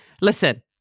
Listen